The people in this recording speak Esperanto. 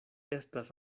estas